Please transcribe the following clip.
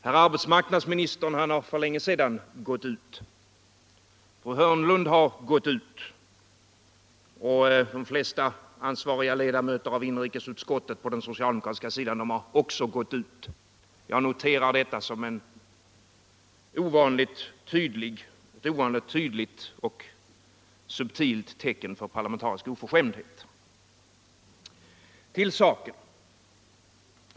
Herr arbetsmarknadsministern har för länge sedan gått ut ur kammaren. Fru Hörnlund har gått ut. De flesta ansvariga ledamöter av inrikesutskottet på den socialdemokratiska sidan har också gått ut. Jag noterar detta som ” ett ovanligt tydligt och subtilt tecken på parlamentarisk oförskämdhet. Till saken.